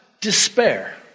despair